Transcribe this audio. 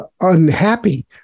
unhappy